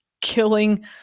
killing